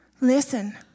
Listen